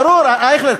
ברור, אייכלר.